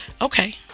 okay